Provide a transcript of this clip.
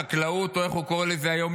חקלאות או איך קוראים לזה היום,